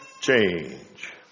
change